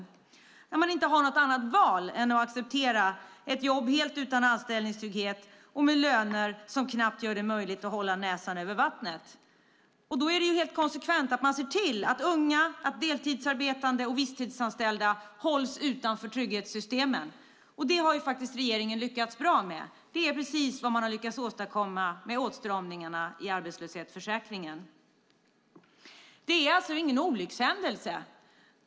Det måste finnas människor som inte har något annat val än att acceptera ett jobb helt utan anställningstrygghet och med löner som knappt gör det möjligt att hålla näsan över vattnet. Då är det helt konsekvent att man ser till att unga, deltidsarbetande och visstidsanställda hålls utanför trygghetssystemen. Det har faktiskt regeringen lyckats bra med. Det är precis vad man har lyckats åstadkomma med åtstramningarna i arbetslöshetsförsäkringen. Det är alltså ingen olyckshändelse.